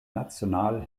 national